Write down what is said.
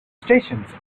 stations